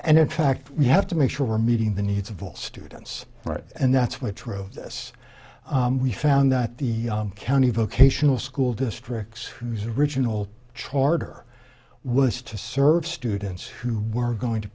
and in fact we have to make sure we're meeting the needs of all students right and that's why true this we found that the county vocational school districts whose original charter was to serve students who were going to